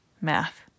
math